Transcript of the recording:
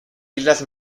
islas